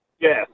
Yes